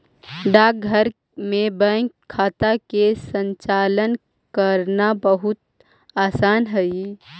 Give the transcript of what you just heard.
डाकघर में बैंक खाता के संचालन करना बहुत आसान हइ